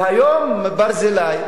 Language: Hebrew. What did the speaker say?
והיום ברזילי,